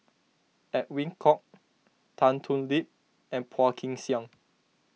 Edwin Koek Tan Thoon Lip and Phua Kin Siang